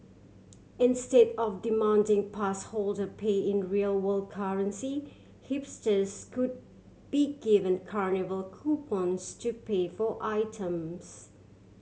instead of demanding pass holder pay in real world currency hipsters could be given carnival coupons to pay for items